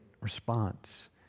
response